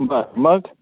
बर मग